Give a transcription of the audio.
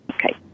Okay